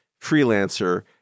freelancer